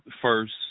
first